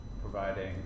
providing